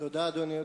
אדוני היושב-ראש,